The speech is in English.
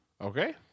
Okay